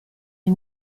les